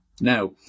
Now